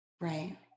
right